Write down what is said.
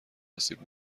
آسیب